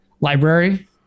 library